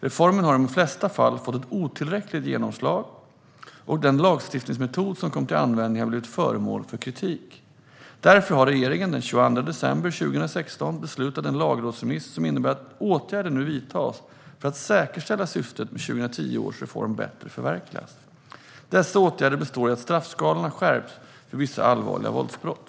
Reformen har i de flesta fall fått ett otillräckligt genomslag, och den lagstiftningsmetod som kom till användning har blivit föremål för kritik. Därför har regeringen den 22 december 2016 beslutat om en lagrådsremiss som innebär att åtgärder nu vidtas för att säkerställa att syftet med 2010 års reform bättre förverkligas. Dessa åtgärder består i att straffskalorna skärps för vissa allvarliga våldsbrott.